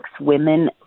women